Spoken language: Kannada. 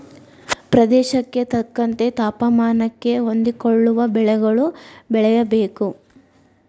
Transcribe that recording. ಪ್ರದೇಶಕ್ಕೆ ತಕ್ಕಂತೆ ತಾಪಮಾನಕ್ಕೆ ಹೊಂದಿಕೊಳ್ಳುವ ಬೆಳೆಗಳು ಬೆಳೆಯಬೇಕು